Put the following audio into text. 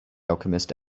alchemist